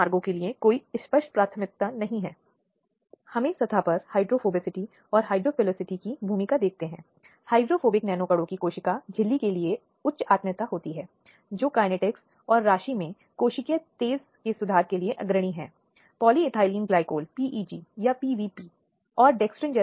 दिन प्रतिदिन जज केवल कोई ऐसा व्यक्ति बन जाता है जो इसे देखता है और इस पर कोई आपत्ति नहीं करता है इसलिए यह बहुत महत्वपूर्ण है कि न्यायाधीश ऐसे दृष्टिकोण के लिए दूसरे पक्ष की ओर से या अभियुक्त की ओर से आपत्ति रखे